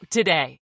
today